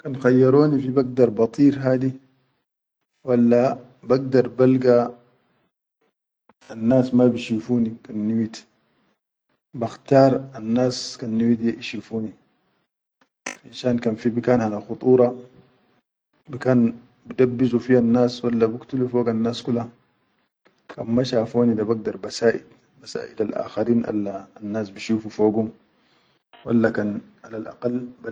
Kan khayyaroni fi bagdar ba dir hadi walla bagdar balla annas ma bishifuni kan niwit, bakhtar annas kan niwit ya ishifu ni, finshan kan fi bikan hana khudura, bikan bi dabbizu fiya nas walla biktulu fiyan nas kula, kan ma shafoni da bagdar ba saʼid ba saʼidal al akharin al annas bishifu fogum walla kan alalʼaqal.